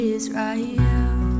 Israel